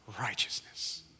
righteousness